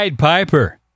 Piper